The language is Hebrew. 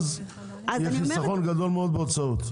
אז יהיה חסכון גדול מאוד בהוצאות.